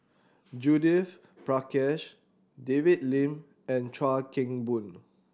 Judith Prakash David Lim and Chuan Keng Boon